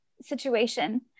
situation